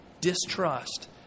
distrust